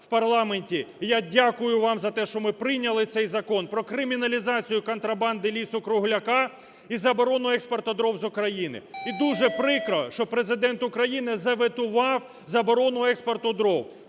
я дякую вам за те, що ми прийняли цей Закон про криміналізацію контрабанди лісу-кругляка і заборону експорту дров з України. І дуже прикро, що Президент України заветував заборону експорту дров.